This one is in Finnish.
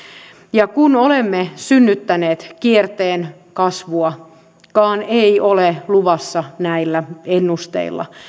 ja kun olemme synnyttäneet kierteen kasvuakaan ei ole luvassa näillä ennusteilla